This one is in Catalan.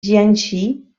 jiangxi